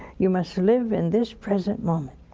you must live in this present moment.